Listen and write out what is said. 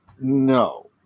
no